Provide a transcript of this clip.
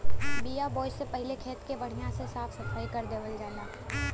बिया बोये से पहिले खेत के बढ़िया से साफ सफाई कर देवल जाला